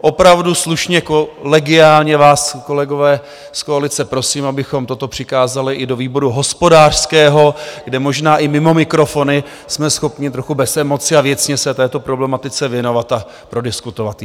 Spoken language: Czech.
Opravdu slušně, kolegiálně vás, kolegové z koalice, prosím, abychom toto přikázali i do výboru hospodářského, kde možná i mimo mikrofony jsme schopni trochu bez emocí a věcně se této problematice věnovat a prodiskutovat ji.